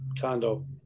condo